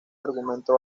argumento